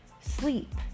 sleep